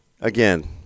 again